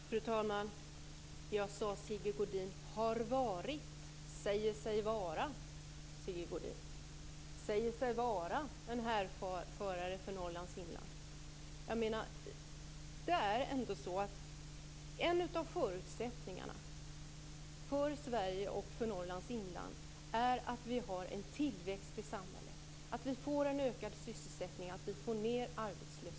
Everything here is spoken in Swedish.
Fru talman! Jag sade att Sigge Godin säger sig vara en härförare för Norrlands inland. En av förutsättningarna för Sverige och för Norrlands inland är att vi har en tillväxt i samhället och att vi får en ökad sysselsättning och får ned arbetslösheten.